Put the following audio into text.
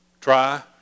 Try